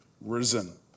risen